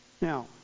Now